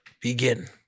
Begin